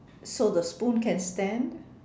so the spoon can stand